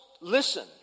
listen